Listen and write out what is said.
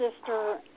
sister